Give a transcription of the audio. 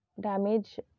damage